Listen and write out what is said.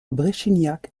bréchignac